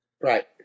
Right